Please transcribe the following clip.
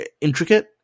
intricate